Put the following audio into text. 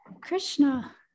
Krishna